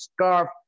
scarf